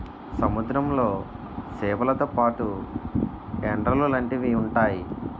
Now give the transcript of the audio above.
సముద్రంలో సేపలతో పాటు ఎండ్రలు లాంటివి ఉంతాయి